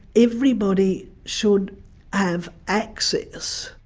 everybody should have access.